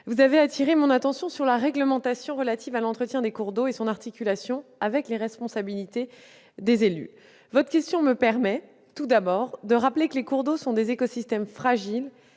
Vous avez appelé mon attention sur la réglementation relative à l'entretien des cours d'eau et son articulation avec les responsabilités des élus. Votre question me permet, tout d'abord, de rappeler que les cours d'eau sont des écosystèmes fragiles